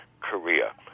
Korea